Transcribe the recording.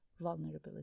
vulnerability